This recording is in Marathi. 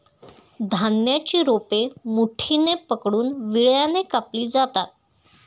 धान्याची रोपे मुठीने पकडून विळ्याने कापली जातात